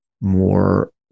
more